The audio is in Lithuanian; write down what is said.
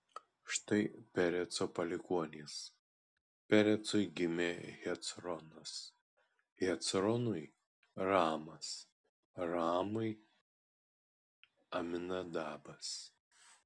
štai pereco palikuonys perecui gimė hecronas hecronui ramas ramui aminadabas